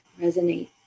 resonate